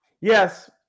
Yes